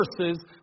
verses